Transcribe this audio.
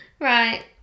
right